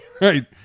Right